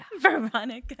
Veronica